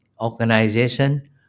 organization